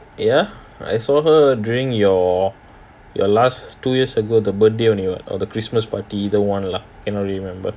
ya I saw her during your your last two years ago the birthday only [what] or the christmas party either one lah cannot really remember